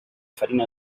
farina